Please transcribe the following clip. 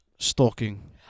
Stalking